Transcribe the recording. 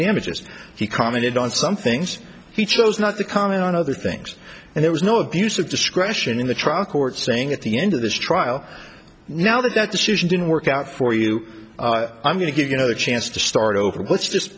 damages he commented on some things he chose not to comment on other things and there was no abuse of discretion in the trial court saying at the end of this trial now that that decision didn't work out for you i'm going to give you know the chance to start over let's just